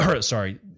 sorry